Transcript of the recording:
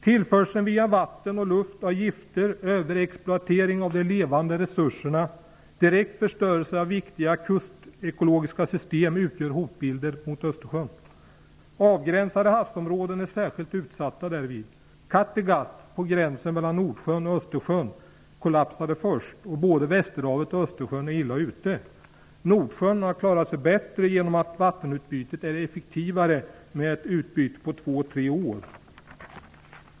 Tillförsel via vatten och luft av gifter, överexploatering av de levande resurserna samt direkt förstörelse av viktiga kustekologiska system utgör hot mot Östersjön. Avgränsade havsområden är särskilt utsatta. Kattegatt, på gränsen mellan Nordsjön och Östersjön, kollapsade först. Både Västerhavet och Östersjön är illa ute. Nordsjön har klarat sig bättre genom att vattenutbytet är effektivare med ett utbyte på två tre år.